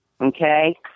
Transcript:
okay